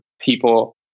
people